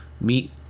meet